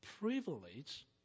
privilege